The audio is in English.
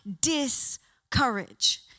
discourage